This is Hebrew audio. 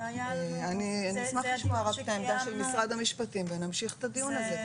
אני אשמח לשמוע את העמדה של משרד המשפטים ונמשיך את הדיון הזה,